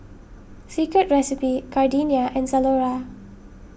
Secret Recipe Gardenia and Zalora